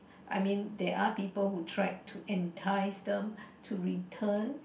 I mean they are people who tried to entice them to return